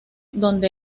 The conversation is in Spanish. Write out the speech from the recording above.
donde